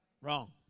Wrong